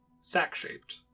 sack-shaped